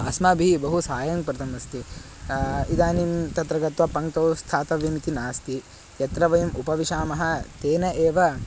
अस्माभिः बहु सहाय्यं कृतमस्ति इदानीं तत्र गत्वा पङ्क्तौ स्थातव्यमिति नास्ति यत्र वयम् उपविशामः तेन एव